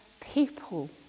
people